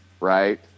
right